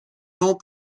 noms